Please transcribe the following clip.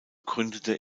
gründete